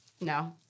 No